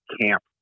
camp